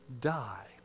die